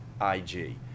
IG